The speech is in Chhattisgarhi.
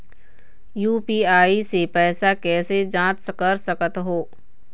यू.पी.आई से पैसा कैसे जाँच कर सकत हो?